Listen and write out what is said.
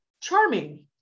charming